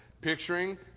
Picturing